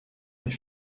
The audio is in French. est